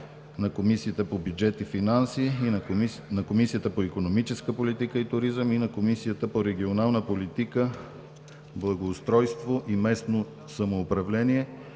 на Комисията по бюджет и финанси, на Комисията по икономическа политика и туризъм, на Комисията по регионална политика, благоустройство и местно самоуправление,